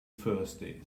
thursday